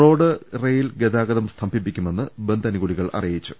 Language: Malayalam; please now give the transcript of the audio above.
റോഡ് റെയിൽ ഗതാഗതം സ്തംഭിപ്പിക്കുമെന്ന് ബന്ദനുകൂലികൾ അറിയിച്ചു